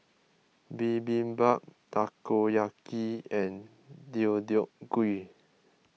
Bibimbap Takoyaki and Deodeok Gui